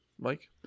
Mike